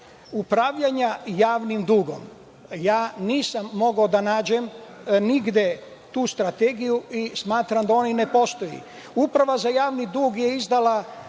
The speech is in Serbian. upravljanja javnim dugom? Ja nisam mogao da nađem nigde tu strategiju i smatram da ona i ne postoji. Uprava za javni dug je izdala